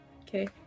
Okay